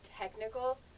technical